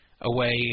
away